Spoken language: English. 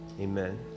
Amen